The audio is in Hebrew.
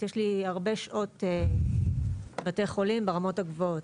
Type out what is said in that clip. יש לי הרבה שעות בתי חולים ברמות הגבוהות,